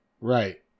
right